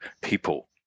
people